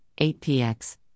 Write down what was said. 8px